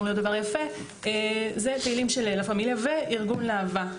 להיות דבר יפה הם פעילים של לה פמיליה וארגון להב"ה.